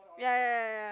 ya ya ya ya ya